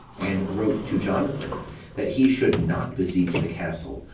and wrote to jonathan that he should not besiege the castle,